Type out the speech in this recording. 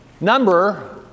number